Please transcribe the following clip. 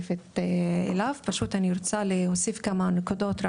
ורוצה להוסיף כמה נקודות.